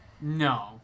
No